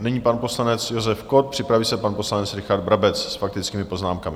Nyní pan poslanec Josef Kott, připraví se pan poslanec Richard Brabec s faktickými poznámkami.